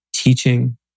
teaching